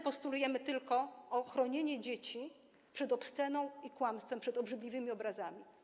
Postulujemy tylko chronienie dzieci przed obsceną i kłamstwem, przed obrzydliwymi obrazami.